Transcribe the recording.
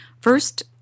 First